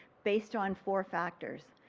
based on four factors.